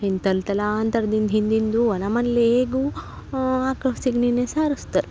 ಹಿಂದೆ ತಲೆ ತಲಾಂತರ್ದಿಂದ ಹಿಂದಿಂದೂ ನಮ್ಮ ಮನ್ಲೇಗೂ ಆಕಳ ಸೆಗಣಿನೇ ಸಾರಸ್ತಾರ್